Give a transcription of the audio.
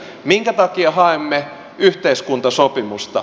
minkä takia haemme yhteiskuntasopimusta